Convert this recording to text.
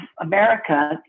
America